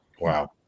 Wow